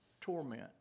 torment